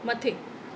मथे